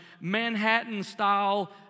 Manhattan-style